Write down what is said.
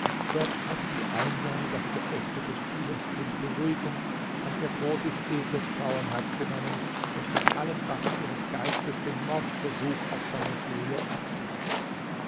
dort hatte die einsame das geächtete spielerskind beruhigend an ihr großes edles frauenherz genommen und mit allen waffen ihres geistes den mordversuch auf seine seele abgewehrt